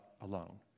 alone